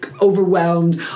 Overwhelmed